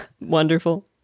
Wonderful